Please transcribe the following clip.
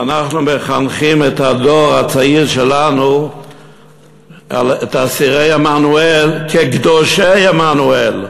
ואנחנו מחנכים את הדור הצעיר שלנו לראות את אסירי עמנואל כקדושי עמנואל.